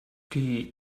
die